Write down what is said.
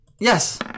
Yes